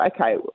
okay